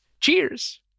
Cheers